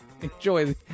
enjoy